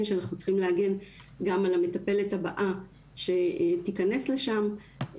שאנחנו צריכים להגן גם על המטפלת הבאה שתיכנס לשם,